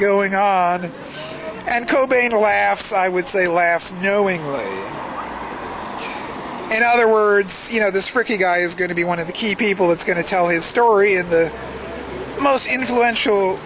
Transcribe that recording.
going on and cobain laughs i would say laughs knowing in other words you know this ricky guy is going to be one of the key people that's going to tell his story in the most influential